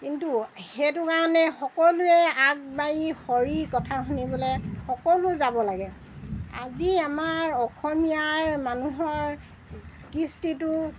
কিন্তু সেইটো কাৰণে সকলোৱে আগবাঢ়ি হৰিৰ কথা শুনিবলৈ সকলো যাব লাগে আজি আমাৰ অসমীয়াৰ মানুহৰ কৃষ্টিটো